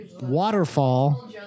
Waterfall